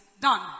Done